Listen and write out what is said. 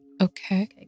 Okay